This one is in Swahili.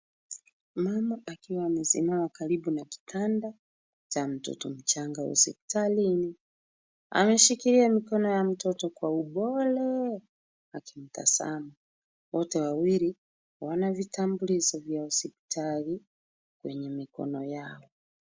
Mama akiwa amesimama karibu na kitanda cha mtoto mchanga hospitalini, ameshikilia mikono ya mtoto kwa upole akimtazama, wote wawili wana vitambulisho vya hospitali kwenye mikono yao.